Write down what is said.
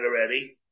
already